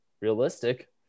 realistic